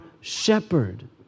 shepherd